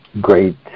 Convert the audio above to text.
great